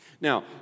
Now